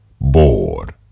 bored